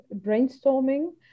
brainstorming